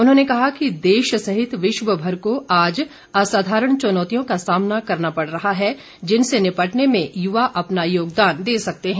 उन्होंने कहा कि देश सहित विश्व भर को आज असाधारण चुनौतियों का सामना करना पड़ रहा है जिनसे निपटने में युवा अपना योगदान दे सकते हैं